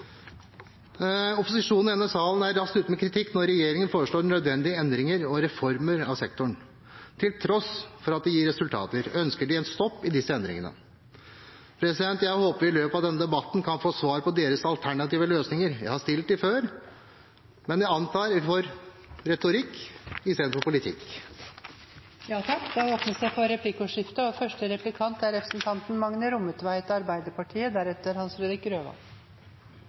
Opposisjonen i denne salen er raskt ute med kritikk når regjeringen foreslår nødvendige endringer og reformer av sektoren. Til tross for at det gir resultater, ønsker de en stopp i disse endringene. Jeg håper vi i løpet av denne debatten kan få svar på hva som er deres alternative løsninger. Jeg har stilt spørsmålet før, men jeg antar at vi får retorikk i stedet for politikk. Det blir replikkordskifte.